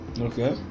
Okay